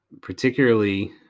particularly